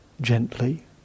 gently